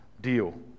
deal